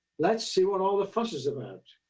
let's see what all the fus is about.